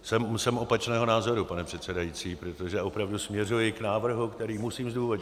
Jsem opačného názoru, pane předsedající, protože opravdu směřuji k návrhu, který musím zdůvodnit.